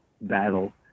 battle